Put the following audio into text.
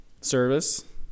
Service